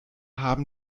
haben